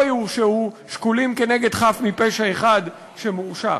יורשעו שקולים כנגד חף מפשע אחד שמורשע.